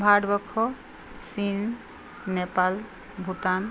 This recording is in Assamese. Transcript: ভাৰতবৰ্ষ চীন নেপাল ভূটান